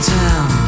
town